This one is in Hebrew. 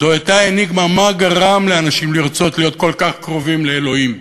זו הייתה האניגמה מה גרם לאנשים לרצות להיות כל כך קרובים לאלוהים.